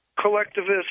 collectivist